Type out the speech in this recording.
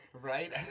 Right